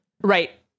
Right